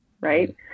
right